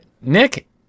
Nick